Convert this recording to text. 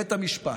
בית המשפט,